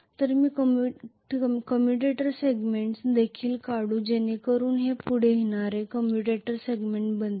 तर मी commutator segments देखील काढेन जेणेकरून हे पुढे येणारे कम्युटेटर सेगमेंट बनतील